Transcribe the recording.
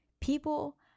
people